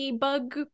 bug